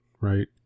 right